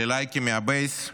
ללייקים מהבייס?